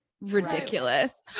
ridiculous